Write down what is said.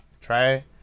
try